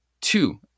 two